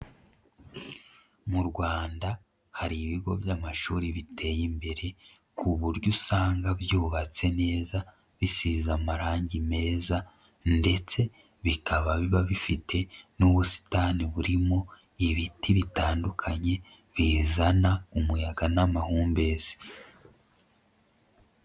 Mu Rwanda hari ibigo by'amashuri biteye imbere ku buryo usanga byubatse neza, bisize amarangi meza ndetse bikaba biba bifite n'ubusitani burimo ibiti bitandukanye bizana umuyaga n'amahumbezi.